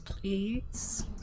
please